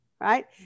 right